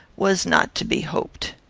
was not to be hoped.